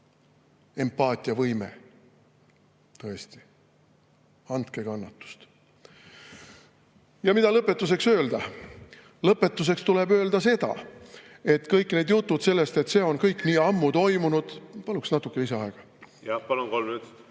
Empaatiavõime, tõesti?! Andke kannatust! Mida lõpetuseks öelda? Lõpetuseks tuleb öelda seda, et kõik need jutud sellest, et see on kõik nii ammu toimunud ... Paluks natuke lisaaega. Jah, palun, kolm